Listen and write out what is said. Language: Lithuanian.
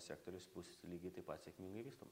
sektorius bus lygiai taip pat sėkmingai vystoms